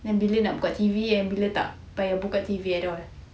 and bila nak buka T_V and bila tak payah buka T_V at all